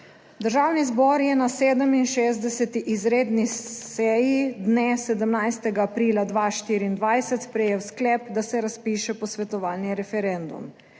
Državni zbor je na 67. izredni seji dne 17. aprila 2024 sprejel sklep, da se razpiše posvetovalni referendum.